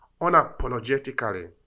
unapologetically